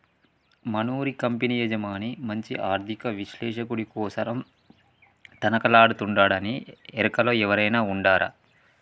మనూరి కంపెనీ యజమాని మంచి ఆర్థిక విశ్లేషకుడి కోసరం తనకలాడతండాడునీ ఎరుకలో ఎవురైనా ఉండారా